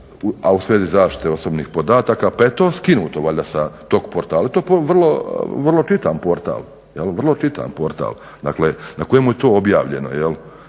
a u svezi zaštite osobnih podataka pa je to skinuto valjda sa tog portala i to vrlo čitan portal na kojemu je to objavljeno. Vrlo